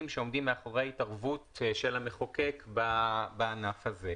שעומדים מאחורי ההתערבות של המחוקק בענף הזה.